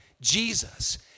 Jesus